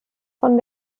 von